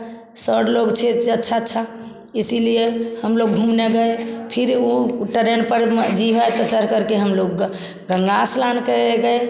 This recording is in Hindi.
सर लोग थे अच्छा अच्छा इसीलिए हम लोग घूमने गए फिर वह ट्रेन पर मर्ज़ी है तो छड़ कर हम लोग गंगा स्नान के गए